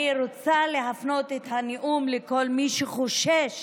אני רוצה להפנות את הנאום לכל מי שחושש